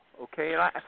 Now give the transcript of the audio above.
okay